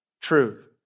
truth